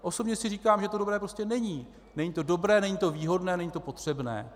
Osobně si říkám, že to dobré prostě není, není to dobré, není to výhodné, není to potřebné.